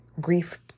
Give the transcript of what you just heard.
grief